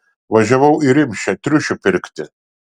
važiavau į rimšę triušių pirkti